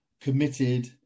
committed